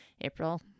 April